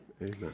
amen